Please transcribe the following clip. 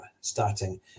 starting